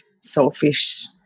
selfish